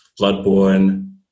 Bloodborne